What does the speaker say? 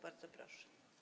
Bardzo proszę.